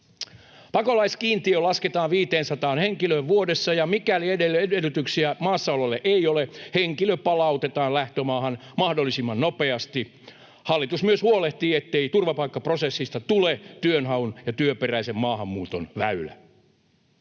Pakolaiskiintiö lasketaan 500 henkilöön vuodessa. Mikäli edellytyksiä maassaololle ei ole, henkilö palautetaan lähtömaahan mahdollisimman nopeasti. Hallitus myös huolehtii, ettei turvapaikkaprosessista tule työnhaun ja työperäisen maahanmuuton väylä.